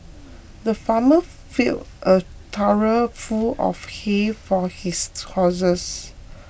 the farmer filled a trough full of hay for his horses